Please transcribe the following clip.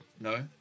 No